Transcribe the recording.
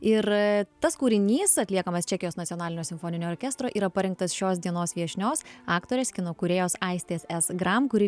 ir tas kūrinys atliekamas čekijos nacionalinio simfoninio orkestro yra parengtas šios dienos viešnios aktorės kino kūrėjos aistės s gram kuri